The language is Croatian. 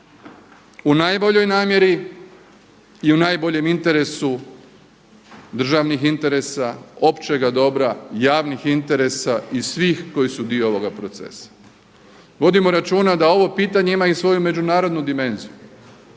u najboljoj namjeri i u najboljem interesu državnih interesa, općega dobra, javnih interesa i svih koji su dio ovog procesa. Vodimo računa da ovo pitanje ima i svoju međunarodnu dimenziju.